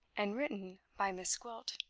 and written by miss gwilt.